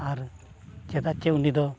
ᱟᱨ ᱪᱮᱫᱟᱜ ᱪᱮ ᱩᱱᱤ ᱫᱚ